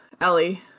Ellie